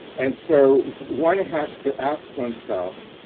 and so one has to ask oneself,